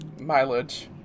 mileage